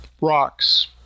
rocks